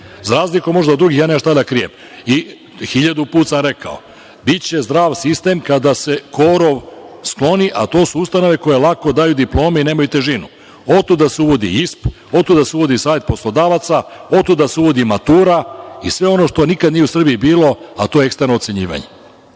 Za razliku od drugih, ja nemam šta da krijem. Hiljadu puta sam rekao. Biće zdrav sistem kada se korov skloni, a to su ustanove koje lako daju diplome i nemaju težinu. Otuda se uvodi savet poslodavaca, otuda se uvodi matura i sve ono što nikada nije u Srbiji bilo, a to je eksterno ocenjivanje.